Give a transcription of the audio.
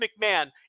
McMahon